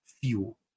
fuel